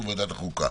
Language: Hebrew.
החוקה.